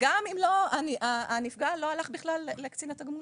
גם אם הנפגע בכלל לא הלך לקצין התגמולים.